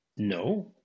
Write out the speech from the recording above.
No